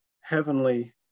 heavenly